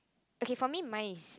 okay for me mine is